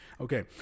Okay